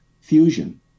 fusion